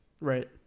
Right